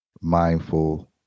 mindful